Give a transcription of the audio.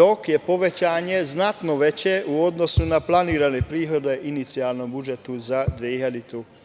dok je povećanje znatno veće u odnosu na planirane prihode u inicijalnom budžetu za 2021.